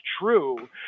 true